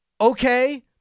Okay